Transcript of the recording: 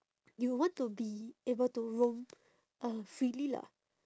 you would want to be able to roam uh freely lah